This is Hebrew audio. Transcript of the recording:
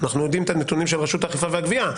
אנחנו יודעים את הנתונים של רשות האכיפה והגבייה,